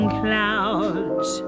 clouds